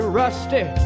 rusty